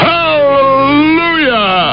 Hallelujah